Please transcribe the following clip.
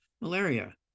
Malaria